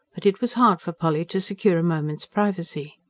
but it was hard for polly to secure a moment's privacy.